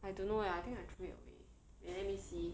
I don't know eh I think I threw it away wait let me see